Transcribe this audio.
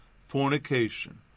fornication